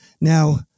Now